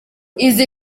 izi